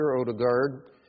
Odegaard